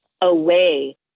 away